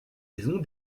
saison